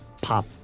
pop